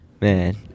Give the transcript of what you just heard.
man